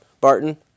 Barton